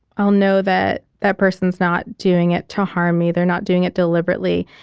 i'll know that that person's not doing it to harm me. they're not doing it deliberately.